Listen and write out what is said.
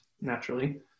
naturally